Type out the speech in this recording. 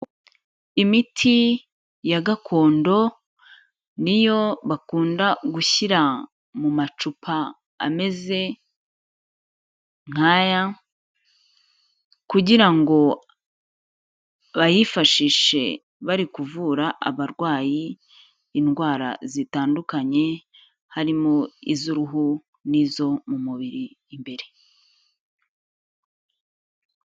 Imiti ya gakondo niyo bakunda gushyira mu macupa ameze nk'aya kugira ngo bayifashishe bari kuvura abarwayi indwara zitandukanye, harimo iz'uruhu n'izo mu mubiri imbere.